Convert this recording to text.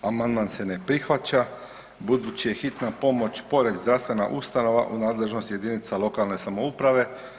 Amandman se ne prihvaća budući je hitna pomoć ... zdravstvena ustanova u nadležnosti jedinica lokalne samouprave.